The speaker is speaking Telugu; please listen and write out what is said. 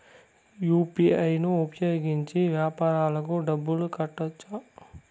యు.పి.ఐ ను ఉపయోగించి వ్యాపారాలకు డబ్బులు కట్టొచ్చా?